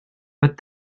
but